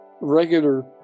regular